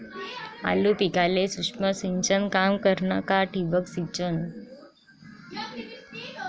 आलू पिकाले सूक्ष्म सिंचन काम करन का ठिबक सिंचन?